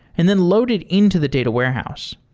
and then load it into the data warehouse.